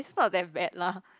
it's not that bad lah